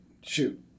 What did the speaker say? shoot